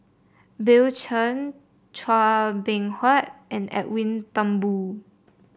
Bill Chen Chua Beng Huat and Edwin Thumboo